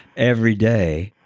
every day,